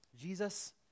Jesus